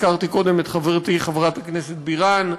הזכרתי קודם את חברתי חברת הכנסת בירן,